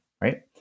right